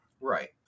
Right